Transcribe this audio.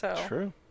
True